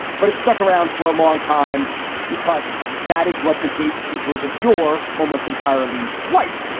but it's stuck around for a long time because that is what the gatekeepers of yore almost entirely white,